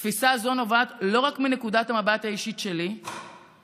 תפיסה זו נובעת לא רק מנקודת המבט האישית שלי אלא